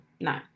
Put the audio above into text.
No